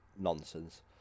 nonsense